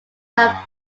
are